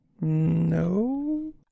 no